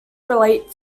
relate